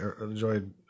enjoyed